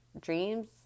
dreams